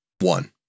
one